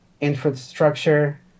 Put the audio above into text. infrastructure